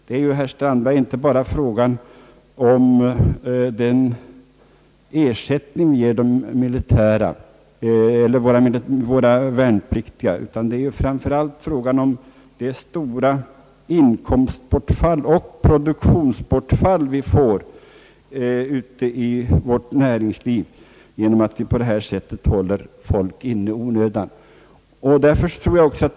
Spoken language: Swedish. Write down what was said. Det är ju, herr Strandberg, inte bara fråga om den ersättning som våra värnpliktiga får, utan det är framför allt fråga om det stora inkomstbortfall och det produktionsbortfall som äger rum ute i näringslivet genom att människor på detta sätt i onödan är inkallade till militärtjänstgöring.